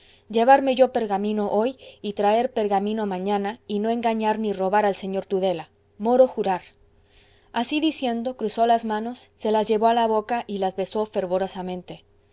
llevarme yo pergamino hoy y traer pergamino mañana y no engañar ni robar al señor tudela moro jurar así diciendo cruzó las manos se las llevó a la boca y las besó